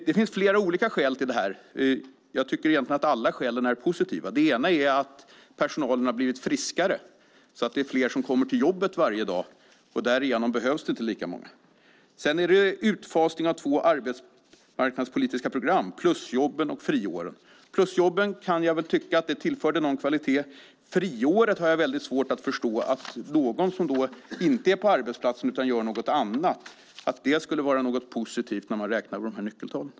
Det finns flera olika skäl till det här, och jag tycker egentligen att alla skälen är positiva. Det ena är att personalen har blivit friskare så att det är fler som kommer till jobbet varje dag och det därigenom inte behövs lika många. Det andra är utfasningen av två arbetsmarknadspolitiska program, plusjobben och friåret. Plusjobben kan jag väl tycka tillförde någon kvalitet. När det gäller friåret har jag väldigt svårt att förstå att någon som inte är på arbetsplatsen utan gör något annat skulle vara något positivt när man räknar fram nyckeltalen.